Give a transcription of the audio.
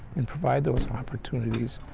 and provide those opportunities.